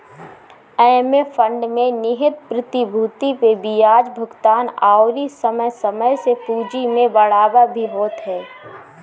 एमे फंड में निहित प्रतिभूति पे बियाज भुगतान अउरी समय समय से पूंजी में बढ़ावा भी होत ह